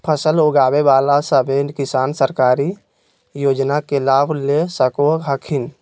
फसल उगाबे बला सभै किसान सरकारी योजना के लाभ ले सको हखिन